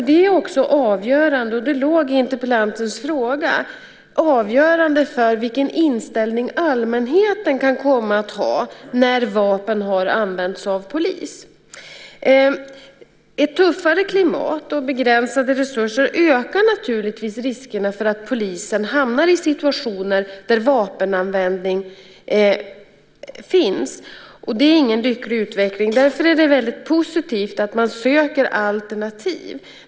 Det är också avgörande, och det låg i interpellantens fråga, för vilken inställning allmänheten kan komma att ha när vapen har använts av polis. Ett tuffare klimat och begränsade resurser ökar naturligtvis riskerna för att polisen hamnar i situationer där vapen används, och det är ingen lycklig utveckling. Därför är det väldigt positivt att man söker alternativ.